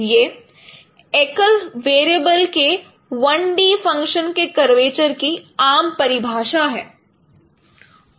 यह एकल वेरिएबल के 1 D फंक्शन के कर्वेचर की आम परिभाषा है